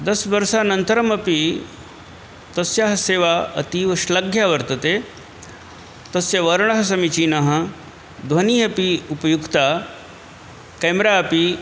दशवर्षानन्तरमपि तस्याः सेवा अतीवश्लाघ्या वर्तते तस्य वर्णः समीचीनः ध्वनिः अपि उपयुक्तः केम्रा अपि